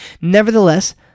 Nevertheless